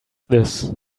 this